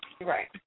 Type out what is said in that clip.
Right